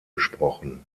gesprochen